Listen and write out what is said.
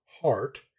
heart